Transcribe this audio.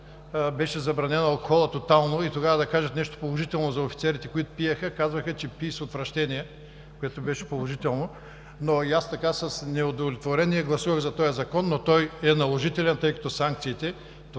беше забранен алкохолът тотално, и тогава, за да кажат нещо положително за офицерите, които пиеха, казваха че пият с отвращение, което беше положително. Аз с неудовлетворение гласувах за този Закон, но той е наложителен, тъй като санкциите – това